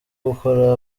gukora